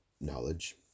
knowledge